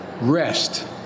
rest